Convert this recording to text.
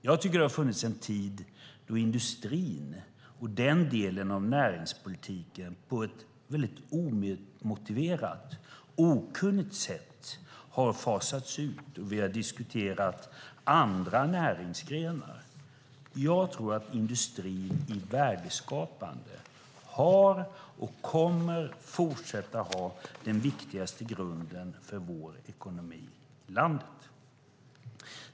Jag tycker att det har funnits en tid då industrin och den delen av näringspolitiken på ett väldigt omotiverat och okunnigt sätt har fasats ut, och vi har diskuterat andra näringsgrenar. Jag tror att industrin i värdeskapande har och kommer att fortsätta ha den viktigaste grunden för ekonomin i vårt land.